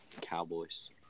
cowboys